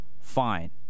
fine